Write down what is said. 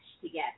together